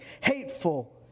hateful